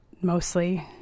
mostly